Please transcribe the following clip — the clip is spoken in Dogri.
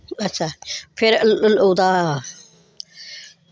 अच्छा फिर ओह्दा